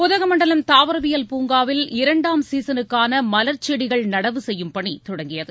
உதகமண்டலம் தாவரவியல் பூங்காவில் இரண்டாம் சீசனுக்கான மலர் செடிகள் நடவு செய்யும் பணித் தொடங்கியது